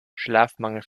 schlafmangel